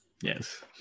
Yes